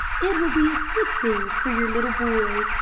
it will be a good thing for your little boy.